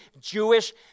Jewish